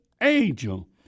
angel